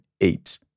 eight